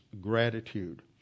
gratitude